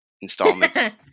installment